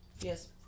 yes